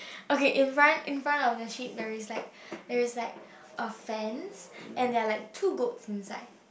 okay in front in front of the sheep there is like there is like a fence and there are like two goat inside